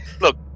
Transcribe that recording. look